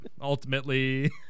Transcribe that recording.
Ultimately